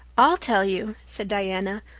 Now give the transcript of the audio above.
i'll tell you, said diana,